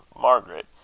Margaret